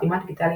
חתימה דיגיטלית,